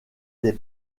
des